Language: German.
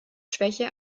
schwäche